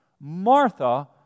Martha